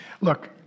look